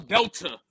Delta